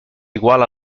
igual